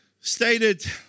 stated